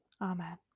amen